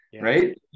right